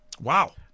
Wow